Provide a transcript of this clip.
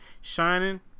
Shining